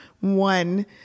one